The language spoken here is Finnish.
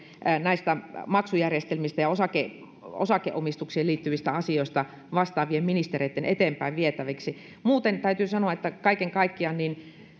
näistä maksujärjestelmistä ja osakeomistukseen liittyvistä asioista vastaavien ministereitten eteenpäinvietäväksi muuten täytyy kyllä sanoa että kaiken kaikkiaan